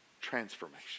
transformation